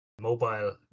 mobile